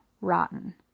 Rotten